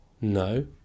no